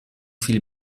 viel